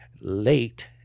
late